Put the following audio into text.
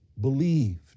believed